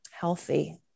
healthy